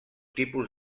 tipus